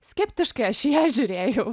skeptiškai aš į ją žiūrėjau